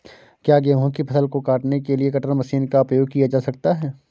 क्या गेहूँ की फसल को काटने के लिए कटर मशीन का उपयोग किया जा सकता है?